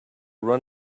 run